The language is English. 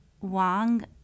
Wang